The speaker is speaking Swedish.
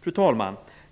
Fru talman!